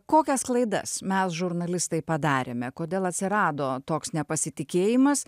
kokias klaidas mes žurnalistai padarėme kodėl atsirado toks nepasitikėjimas